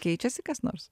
keičiasi kas nors